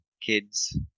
kids